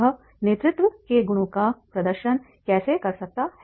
वह नेतृत्व के गुणों का प्रदर्शन कैसे कर सकता है